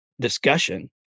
discussion